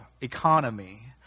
economy